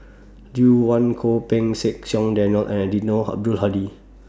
Lucien Wang Goh Pei Siong Daniel and Eddino Abdul Hadi